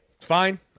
Fine